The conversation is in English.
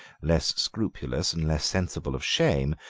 less scrupulous and less sensible of shame,